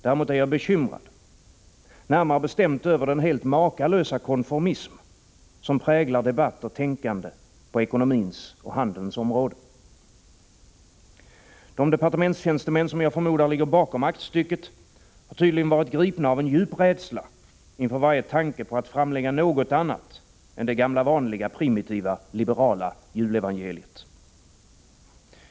Däremot är jag bekymrad — närmare bestämt över den helt makalösa konformism som präglar debatt och tänkande på ekonomins och handelns område. De departementstjänstemän som jag förmodar ligger bakom aktstycket har tydligen varit gripna av en djup rädsla inför varje tanke på att framlägga något annat än det gamla vanliga primitiva liberala julevangeliet.